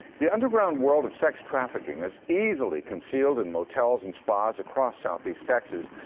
the underground world of sex trafficking is easily concealed in motels and spas across southeast texas.